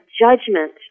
judgment